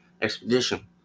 expedition